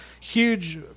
Huge